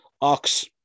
Ox